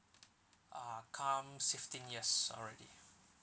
uh come sixteen years already